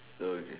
told you